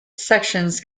sections